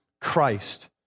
Christ